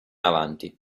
avanti